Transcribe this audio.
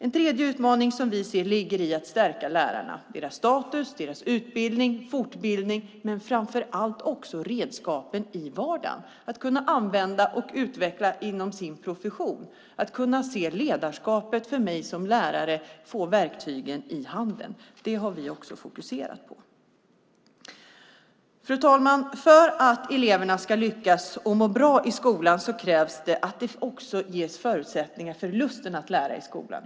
En tredje utmaning är att stärka lärarna, deras status, deras utbildning, deras fortbildning men framför allt redskapen i vardagen så att de kan använda dem och utveckla dem inom sin profession. Det gäller för lärarna att kunna se ledarskapet och att de får verktygen i handen. Det har vi också fokuserat på. Fru talman! För att eleverna ska lyckas och må bra i skolan krävs det att det också ges förutsättningar för lusten att lära i skolan.